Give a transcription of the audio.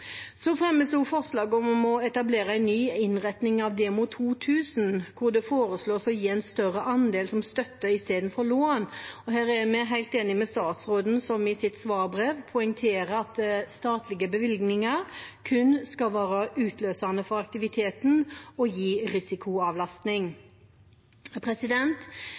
fremmes også forslag om å etablere en ny innretning av DEMO 2000, og det foreslås å gi en større andel som støtte i stedet for lån. Her er vi helt enige med statsråden, som i sitt svarbrev poengterer at statlige bevilgninger kun skal være utløsende for aktiviteten og gi